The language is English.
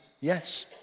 Yes